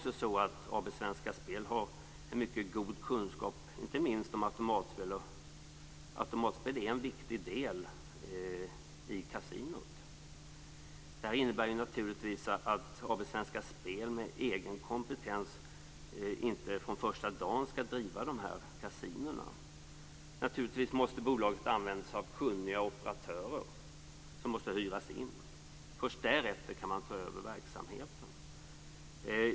Sedan har AB Svenska Spel en mycket god kunskap, inte minst om automatspel, och automatspel är en viktig del i kasinot. Detta innebär naturligtvis att AB Svenska Spel med egen kompetens inte från första dagen skall driva dessa kasinon. Naturligtvis måste bolaget använda sig av kunniga operatörer som måste hyras in. Först därefter kan man ta över verksamheten.